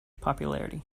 popularity